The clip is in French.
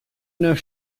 neuf